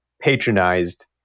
patronized